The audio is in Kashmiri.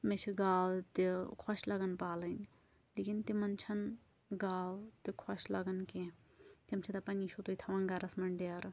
مےٚ چھِ گاو تہِ خۄش لگان پالٕنۍ لیکن تِمَن چھَنہٕ گاو تہِ خۄش لَگان کیٚنٛہہ تِم چھِ دَپان یہِ چھُو تُہۍ تھاوان گھرَس منٛز ڈھیرٕ